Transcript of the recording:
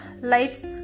life's